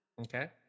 Okay